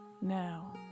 Now